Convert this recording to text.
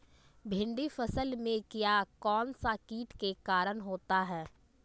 भिंडी फल में किया कौन सा किट के कारण होता है?